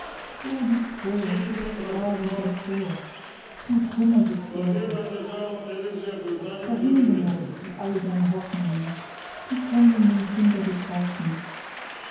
du tor du prahlender tor du kummergequälter dahingemordet sind all deine hoffnungen die tändelnden kinder des herzens